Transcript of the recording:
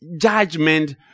judgment